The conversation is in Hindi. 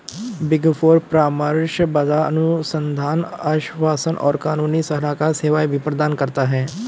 बिग फोर परामर्श, बाजार अनुसंधान, आश्वासन और कानूनी सलाहकार सेवाएं भी प्रदान करता है